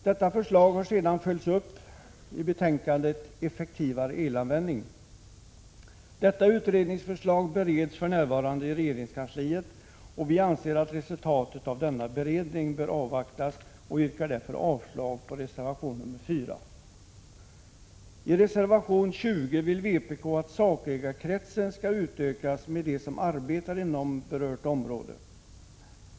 Detta förslag har sedan följts upp i betänkandet Effektivare elanvändning. Utredningsförslaget bereds för närvarande i regeringskansliet. Vi anser att resultatet av denna beredning bör avvaktas och yrkar därför avslag på reservation 4. I reservation 20 vill vpk att sakägarkretsen skall utökas med dem som arbetar inom berört område.